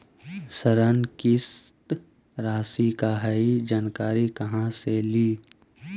ऋण किस्त रासि का हई जानकारी कहाँ से ली?